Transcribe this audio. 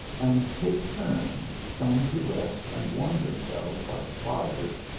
and take turns, some to rest and warm themselves by the fires,